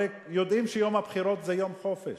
הרי יודעים שיום הבחירות זה יום חופש,